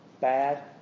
bad